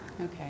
Okay